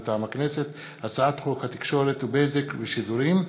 מטעם הכנסת: הצעת חוק התקשורת (בזק ושידורים)